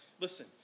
Listen